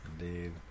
Indeed